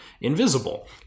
invisible